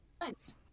nice